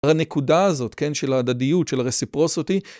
הנקודה הזאת, כן, של ההדדיות, של ה-Reciprocity.